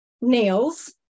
nails